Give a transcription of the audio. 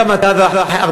גם בטוח שאני לא.